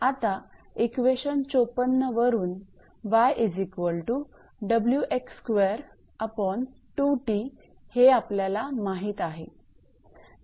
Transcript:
आता इक्वेशन 54 वरून हे आपल्याला माहीत आहे